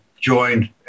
joined